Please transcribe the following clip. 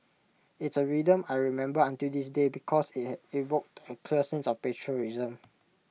it's A rhythm I remember until this day because IT had evoked A clear sense of patriotism